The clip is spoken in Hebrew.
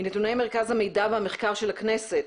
מנותני מרכז המידע והמחקר של הכנסת,